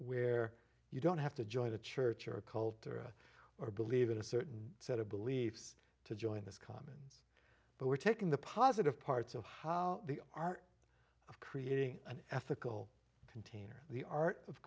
where you don't have to join a church or a cult or a or believe in a certain set of beliefs to join this comic but we're taking the positive parts of how the art of creating an ethical teener the art of